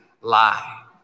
lie